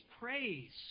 praise